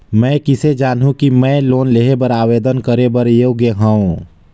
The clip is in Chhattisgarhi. मैं किसे जानहूं कि मैं लोन लेहे बर आवेदन करे बर योग्य हंव?